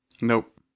Nope